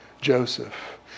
Joseph